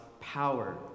power